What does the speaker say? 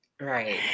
right